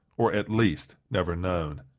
or, at least, never known.